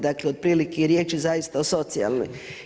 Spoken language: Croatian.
Dakle, otprilike riječ je zaista o socijalnoj.